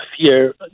fear